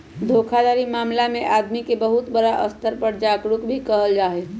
धोखाधड़ी मामला में आदमी के बहुत बड़ा स्तर पर जागरूक भी कइल जाहई